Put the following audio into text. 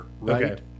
Right